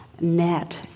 net